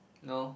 no